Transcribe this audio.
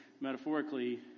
Metaphorically